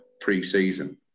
pre-season